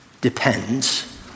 depends